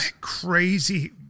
crazy